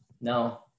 no